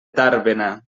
tàrbena